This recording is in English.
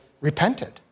repented